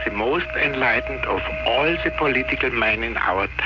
and most enlightened of all yeah the political men in our